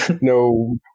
no